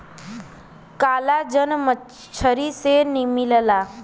collagen मछरी से मिलला